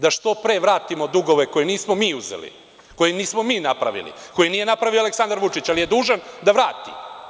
Da što pre vratimo dugove koje nismo mi uzeli, koje nismo mi napravili, koje nije napravio Aleksandar Vučić, ali je dužan da vrati.